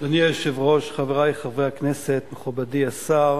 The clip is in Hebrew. אדוני היושב-ראש, חברי חברי הכנסת, מכובדי השר,